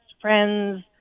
friends